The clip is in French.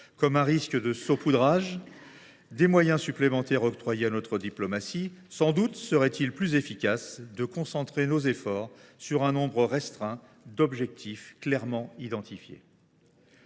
comme un risque de saupoudrage des moyens supplémentaires octroyés à notre diplomatie, sans doute serait il plus efficace de concentrer nos efforts sur un nombre restreint d’objectifs clairement identifiés.